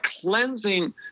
cleansing